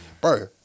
Bro